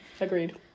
agreed